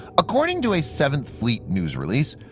according to a seventh fleet news release,